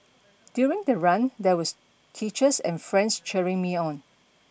during the run there was teachers and friends cheering me on